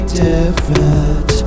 different